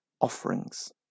offerings